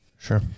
Sure